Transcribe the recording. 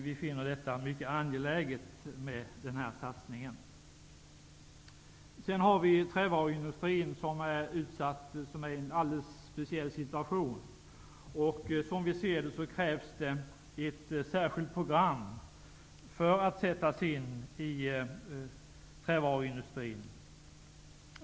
Vi finner denna satsning mycket angelägen. Trävaruindustrin befinner sig i en alldeles speciell situation. Vi menar att det krävs ett särskilt program att sättas in för trävaruindustrin.